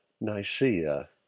Nicaea